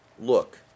Look